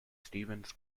stevens